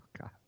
God